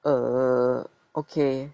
err okay